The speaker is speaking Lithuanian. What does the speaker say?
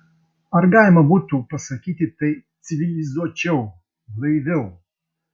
ar galima būtų pasakyti tai civilizuočiau blaiviau